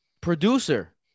producer